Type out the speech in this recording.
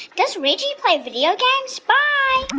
does reggie play video games? bye